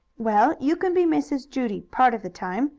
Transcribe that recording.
well, you can be mrs. judy part of the time,